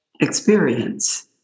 experience